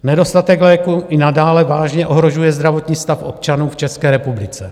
Nedostatek léků i nadále vážně ohrožuje zdravotní stav občanů v České republice.